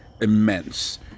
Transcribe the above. immense